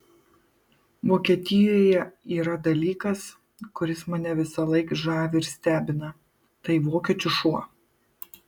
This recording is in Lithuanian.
vokietijoje yra dalykas kuris mane visąlaik žavi ir stebina tai vokiečių šuo